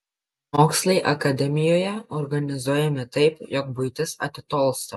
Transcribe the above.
mokslai akademijoje organizuojami taip jog buitis atitolsta